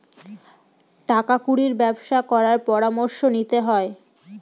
টাকা কুড়ির ব্যবসা করার পরামর্শ নিতে হয়